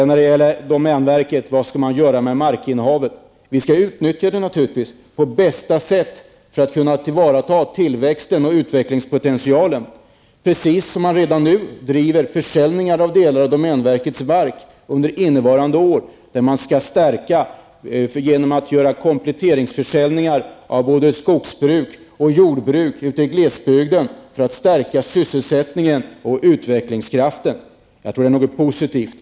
När det gäller domänverket och vad man skall göra med markinnehavet skall vi naturligtvis utnyttja det på bästa sätt för att kunna tillvarata tillväxten och utvecklingspotentialen. Redan nu under innevarande år driver man ju försäljningar av delar av domänverkets mark. Man skall förstärka genom att göra kompletteringsförsäljningar av både skogsbruk och jordbruk ute i glesbygden för att stärka sysselsättningen och utvecklingskraften. Jag tror att det är någonting positivt.